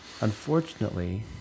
unfortunately